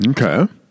Okay